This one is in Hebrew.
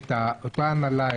את ההנהלה,